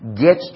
get